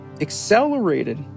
accelerated